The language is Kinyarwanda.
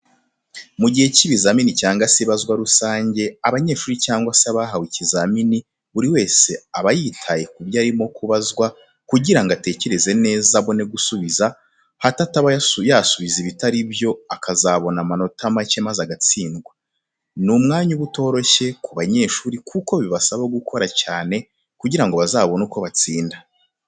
Mu gihe cy'ibizamini cyangwa se ibazwa rusange abanyeshuri cyangwa se abahawe ikizamini buri wese aba yitaye ku byo arimo kubazwa kugira ngo atekereze neza abone gusubiza, hato ataba yasubiza ibitari byo akazabona amanota make maze agatsindwa. Ni umwanya uba utoroshye ku banyeshuri kuko bibasaba gukora cyane kugira ngo bazabone uko batsinda.